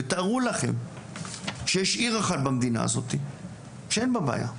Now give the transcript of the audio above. ותארו לכם שיש עיר אחת במדינה הזאת שאין בה בעיה.